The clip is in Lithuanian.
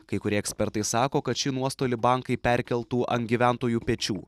kai kurie ekspertai sako kad šį nuostolį bankai perkeltų ant gyventojų pečių